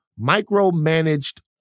micromanaged